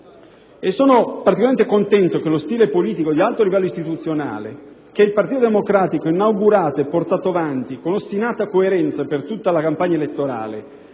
e sono particolarmente contento che lo stile politico di alto livello istituzionale che il Partito Democratico ha inaugurato e portato avanti con ostinata coerenza per tutta la campagna elettorale